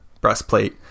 breastplate